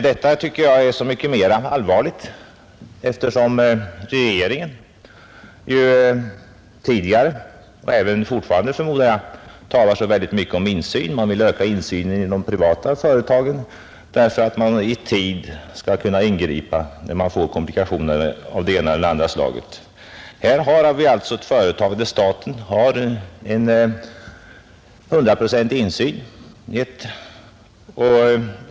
Detta tycker jag är så mycket mera allvarligt som regeringen ju tidigare talat — och fortfarande vill göra det, förmodar jag — så mycket om insyn. Man vill öka insynen i de privata företagen för att i tid kunna ingripa när komplikationer av det ena eller det andra slaget uppstår. I det nu aktuella företaget har staten hundraprocentig insyn.